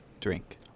drink